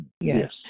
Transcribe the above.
Yes